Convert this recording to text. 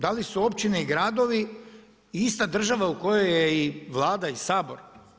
Da li su općine i gradovi ista država u kojoj je i Vlada i Sabor?